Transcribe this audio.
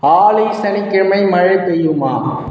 ஆலி சனிக்கிழமை மழை பெய்யுமா